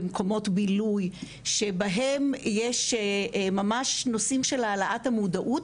במקומות בילוי שבהם יש ממש נושאים של העלאת המודעות,